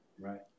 Right